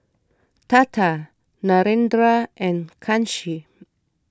Tata Narendra and Kanshi